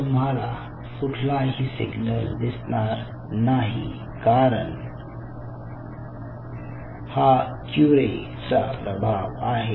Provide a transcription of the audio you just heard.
तुम्हाला कुठलाही सिग्नल दिसणार नाही कारण हा क्युरे चा प्रभाव आहे